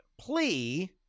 plea